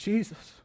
Jesus